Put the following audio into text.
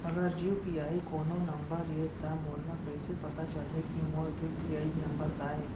अगर यू.पी.आई कोनो नंबर ये त मोला कइसे पता चलही कि मोर यू.पी.आई नंबर का ये?